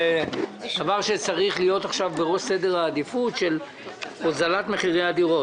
זה משהו שצריך להיות בראש סדר העדיפות הוזלת מחירי הדירות.